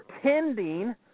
pretending